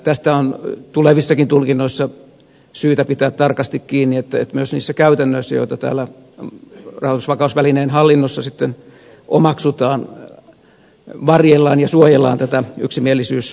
tästä on tulevissakin tulkinnoissa syytä pitää tarkasti kiinni että myös niissä käytännöissä joita täällä rahoitusvakausvälineen hallinnossa sitten omaksutaan varjellaan ja suojellaan tätä yksimielisyysperiaatetta